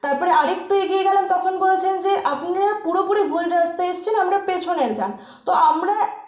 তারপরে আরেকটু এগিয়ে গেলাম তখন বলছেন যে আপনারা পুরোপুরি ভুল রাস্তায় এসছেন আমরা পেছনের যান তো আমরা